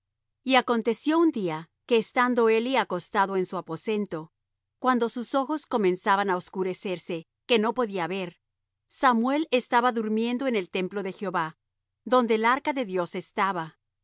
y aconteció un día que estando eli acostado en su aposento cuando sus ojos comenzaban á oscurecerse que no podía ver samuel estaba durmiendo en el templo de jehová donde el arca de dios estaba